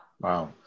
Wow